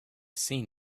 seen